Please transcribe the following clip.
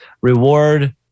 reward